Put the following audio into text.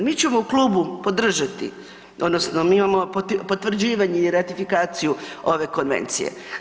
Mi ćemo u klubu podržati, odnosno mi imamo potvrđivanje i ratifikaciju ove konvencije.